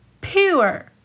Pure